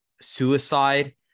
suicide